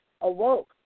awoke